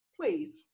please